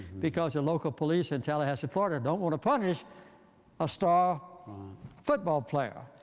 because the local police in tallahassee, florida, don't want to punish a star football player.